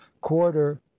quarter